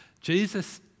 Jesus